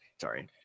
Sorry